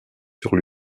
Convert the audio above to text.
sur